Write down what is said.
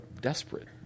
desperate